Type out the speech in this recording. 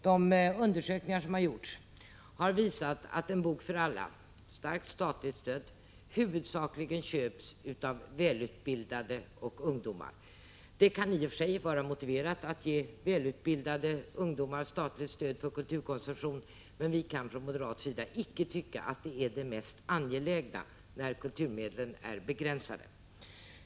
De undersökningar som har gjorts har visat att En bok för alla, starkt statligt stödd, huvudsakligen köps av välutbildade och ungdomar. Det kan i och för sig vara motiverat att ge välutbildade och ungdomar statligt stöd för kulturkonsumtion, men vi kan från moderat sida icke tycka att detta är det mest angelägna när kulturmedlen är begränsade.